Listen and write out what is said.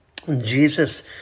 Jesus